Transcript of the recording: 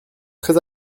très